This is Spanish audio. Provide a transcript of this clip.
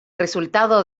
resultado